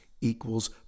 equals